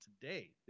today